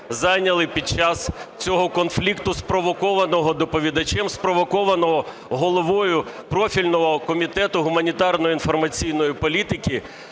під час цього конфлікту, спровокованого доповідачем, спровокованого голово профільного Комітету гуманітарної та інформаційної політики,